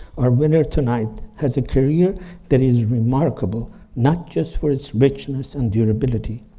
our winner tonight has a career that is remarkable not just for its richness and durability,